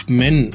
men